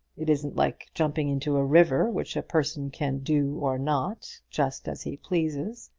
it isn't like jumping into a river, which a person can do or not, just as he pleases.